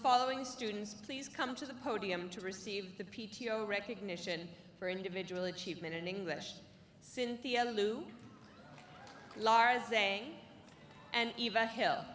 following students please come to the podium to receive the p t o recognition for individual achievement in english cynthia lu lara saying and eva hill